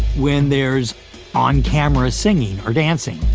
when there's on-camera singing or dancing,